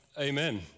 amen